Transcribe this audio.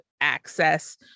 access